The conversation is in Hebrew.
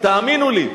תאמינו לי,